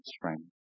strength